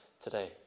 today